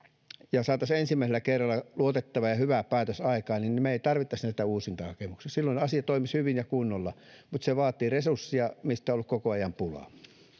ja saataisiin ensimmäisellä kerralla luotettava ja hyvä päätös aikaan niin me emme tarvitsisi näitä uusintahakemuksia silloin asiat toimisivat hyvin ja kunnolla mutta se vaatii resurssia mistä on ollut koko ajan pulaa